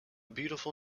beautiful